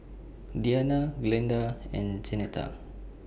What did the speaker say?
Diana Glenda and Jeanetta